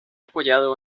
apoyado